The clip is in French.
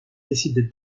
décide